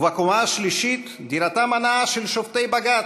בקומה השלישית, דירתם הנאה של שופטי בג"ץ,